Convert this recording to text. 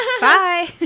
Bye